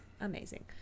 amazing